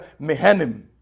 Mehenim